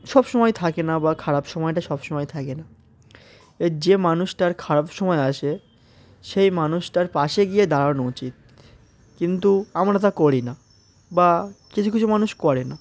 সবসময় থাকে না বা খারাপ সময়টা সবসময় থাকে না এর যে মানুষটার খারাপ সময় আসে সেই মানুষটার পাশে গিয়ে দাঁড়ানো উচিত কিন্তু আমরা তা করি না বা কিছু কিছু মানুষ করে না